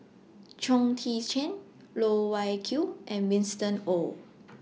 Chong Tze Chien Loh Wai Kiew and Winston Oh